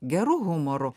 geru humoru